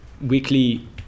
weekly